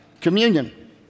communion